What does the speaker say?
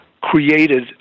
created